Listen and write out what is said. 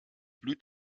blüht